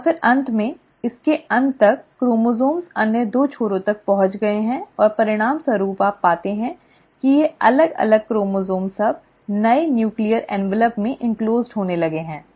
और फिर अंत में इसके अंत तक क्रोमोसोम्स अन्य दो छोरों तक पहुंच गए हैं और परिणामस्वरूप आप पाते हैं कि ये अलग अलग क्रोमोसोम्स अब नए बने नूक्लीअर ऍन्वलप् में संलग्न होने लगे हैं